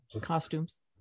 costumes